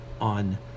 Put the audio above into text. on